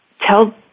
tell